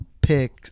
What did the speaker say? pick